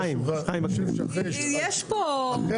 יש פה קצת מישמש.